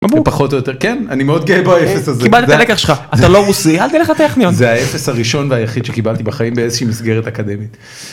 פחות או יותר כן אני מאוד גאה בזה קיבלת את הלקח שלך, אתה לא רוסי אל תלך לטכניון, זה האפס הראשון והיחיד שקיבלתי בחיים באיזושהי מסגרת אקדמית.